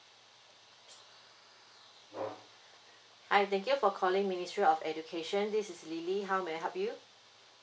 hi thank you for calling ministry of education this is lily how may I help you